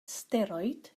steroid